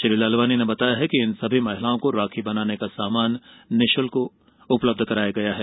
श्री लालवानी ने बताया कि इन सभी महिलाओं को राखी बनाने का सामान निःषुल्क दिया गया है